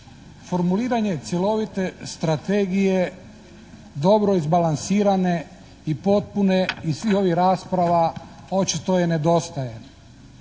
Formuliranje cjelovite strategije dobro izbalansirane i potpune iz svih ovih rasprava očito je nedostaje